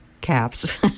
caps